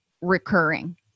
recurring